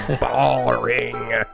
boring